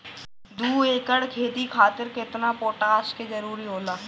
दु एकड़ खेती खातिर केतना पोटाश के जरूरी होला?